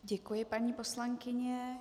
Děkuji, paní poslankyně.